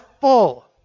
full